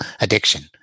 addiction